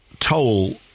toll